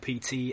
PT